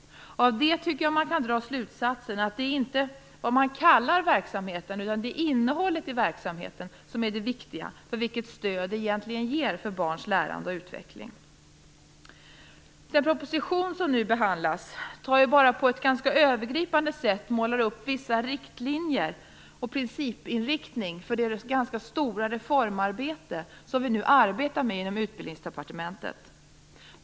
Av det tycker jag att man kan dra slutsatsen att det inte är vad man kallar verksamheten utan innehållet i verksamheten som är det viktiga för vilket stöd det egentligen ger för barns lärande och utveckling. Den proposition som nu behandlas drar ju bara på ett ganska övergripande sätt upp vissa riktlinjer och principinriktningar för det ganska stora reformarbete som vi nu arbetar med inom Utbildningsdepartementet.